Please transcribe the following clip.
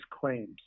claims